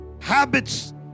habits